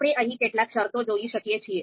આપણે અહીં કેટલીક શરતો જોઈ શકીએ છીએ